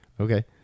Okay